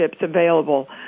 available